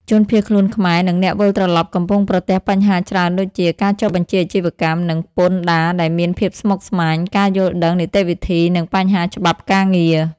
ជនភៀសខ្លួនខ្មែរ និងអ្នកវិលត្រឡប់កំពុងប្រទះបញ្ហាច្រើនដូចជា ការចុះបញ្ជីអាជីវកម្ម និងពន្ធដារដែលមានភាពស្មុគស្មាញ ការយល់ដឹងនីតិវិធី និងបញ្ហាច្បាប់ការងារ។